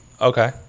Okay